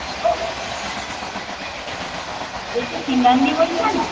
hello বলছি সিমরানদি বলছেন